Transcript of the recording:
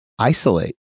isolate